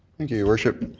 thank you your worship.